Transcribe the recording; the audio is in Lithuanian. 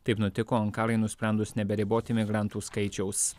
taip nutiko ankarai nusprendus neberiboti imigrantų skaičiaus